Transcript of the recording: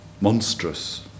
monstrous